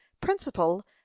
principle